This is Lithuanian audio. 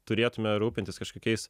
turėtume rūpintis kažkokiais